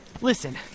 Listen